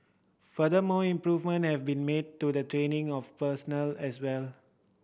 further more improvement have been made to the training of personnel as well